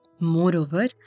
Moreover